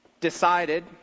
decided